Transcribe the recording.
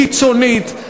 קיצונית,